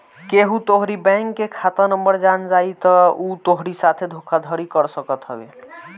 केहू तोहरी बैंक के खाता नंबर जान जाई तअ उ तोहरी साथे धोखाधड़ी कर सकत हवे